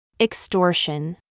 Extortion